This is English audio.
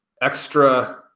extra